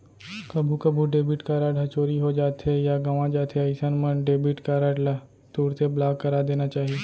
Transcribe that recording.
कभू कभू debit card ह चोरी हो जाथे या गवॉं जाथे अइसन मन डेबिट कारड ल तुरते ब्लॉक करा देना चाही